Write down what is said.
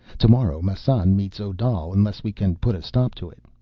tomorrow massan meets odal, unless we can put a stop to it.